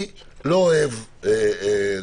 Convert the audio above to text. אני לא אוהב,